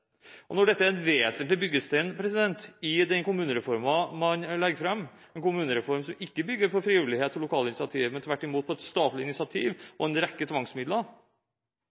Når dette er en vesentlig byggestein i den kommunereformen man legger fram – en kommunereform som ikke bygger på frivillighet og lokale initiativ, men tvert imot på et statlig initiativ og en rekke tvangsmidler